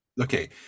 okay